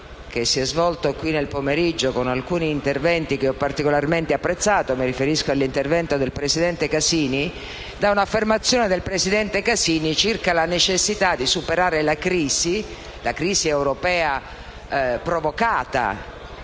che si è svolto qui nel pomeriggio con alcuni interventi che ho particolarmente apprezzato (mi riferisco all'intervento del presidente Casini), da un'affermazione di quest'ultimo circa la necessità di superare la crisi europea provocata